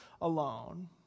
alone